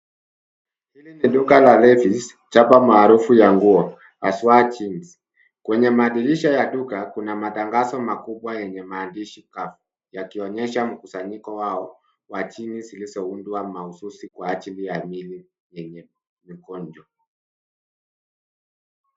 Hili ni duka la Levi's, chapa maarufu ya nguo haswa jeans .Kwenye madirisha ya duka kuna matangazo makubwa yenye maandishi, cap, yakionyesha mkusanyiko wao wa jeans zilizoundwa mahususi kwa miili yenye ugonjwa.